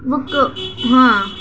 ہاں